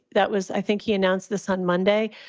that was i think he announced this on monday.